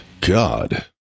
God